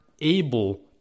able